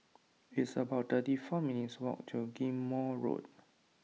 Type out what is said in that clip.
it's about thirty four minutes' walk to Ghim Moh Road